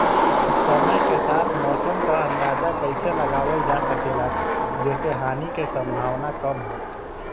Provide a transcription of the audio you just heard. समय के साथ मौसम क अंदाजा कइसे लगावल जा सकेला जेसे हानि के सम्भावना कम हो?